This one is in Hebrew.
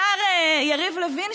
השר יריב לוין,